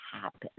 happen